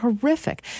horrific